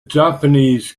japanese